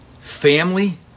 family